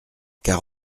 car